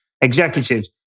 executives